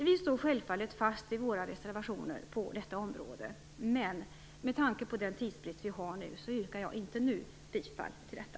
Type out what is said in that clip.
Vi står självfallet fast vid våra reservationer till detta betänkande. Men med tanke på den tidsbrist som råder yrkar jag inte nu bifall till dessa.